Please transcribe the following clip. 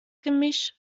gemisch